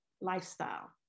lifestyle